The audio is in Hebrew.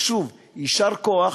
ושוב, יישר כוח.